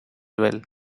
well